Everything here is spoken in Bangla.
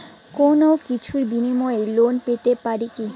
কোনো কিছুর বিনিময়ে লোন পেতে পারি কি?